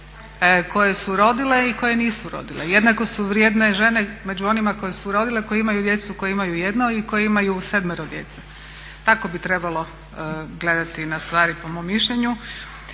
koje su rodile i koje nisu rodile. Jednako su vrijedne žene među onima koje su rodile koje imaju djecu koje imaju jedno i koje imaju sedmero djece. Tako bi trebalo gledati na stvari, po mom mišljenju.